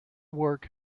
work